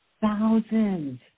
Thousands